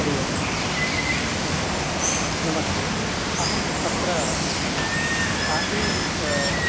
हरिः ओं नम नमस्ते अहम् अत्र काशी विश्व